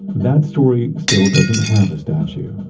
that story still doesn't have a statue.